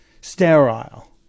sterile